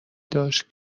داشت